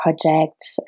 projects